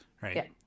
Right